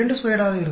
22 ஆக இருக்கும்